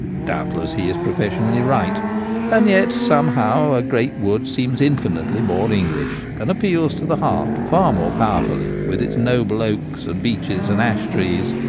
doubtless he is professionally right and yet somehow a great wood seems infinitely more english and appeals to the heart far more powerfully, with its noble oaks and beeches and ash trees,